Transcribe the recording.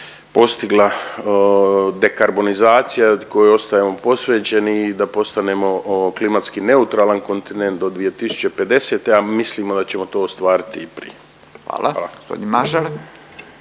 postigla dekarbonizacija kojoj ostajemo posvećeni i da postanemo klimatski neutralan kontinent do 2050., a mislimo da ćemo to ostvariti i prije. Hvala.